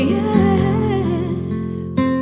yes